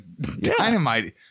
dynamite